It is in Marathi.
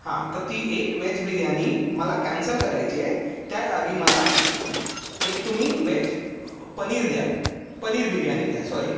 हां तर ती एक वेज बिर्यानी मला कॅन्सल करायची आहे त्या जागी मला एक तुम्ही वेज पनीर द्या पनीर बिर्यानी द्या सॉरी